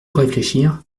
réfléchir